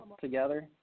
together